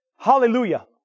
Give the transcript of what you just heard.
Hallelujah